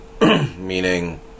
meaning